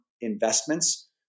investments